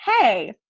hey